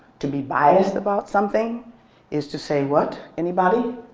to be biased about something is to say what, anybody?